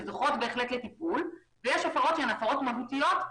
שזוכות לטיפול ויש הפרות שהן הפרות מהותיות,